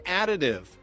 additive